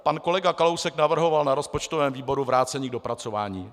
Pan kolega Kalousek navrhoval na rozpočtovém výboru vrácení k dopracování.